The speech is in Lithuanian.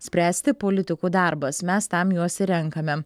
spręsti politikų darbas mes tam juos ir renkame